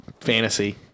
fantasy